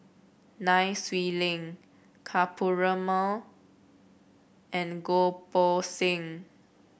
Nai Swee Leng Ka Perumal and Goh Poh Seng